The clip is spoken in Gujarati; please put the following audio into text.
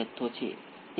જે ખરેખર સુલભ નથી